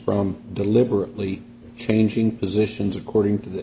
from deliberately changing positions according to the